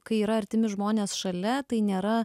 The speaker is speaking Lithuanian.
kai yra artimi žmonės šalia tai nėra